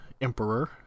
Emperor